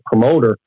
promoter